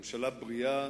ממשלה בריאה,